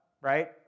right